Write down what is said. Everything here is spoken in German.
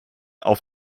auf